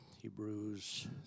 Hebrews